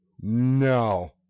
No